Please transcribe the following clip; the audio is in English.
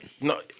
No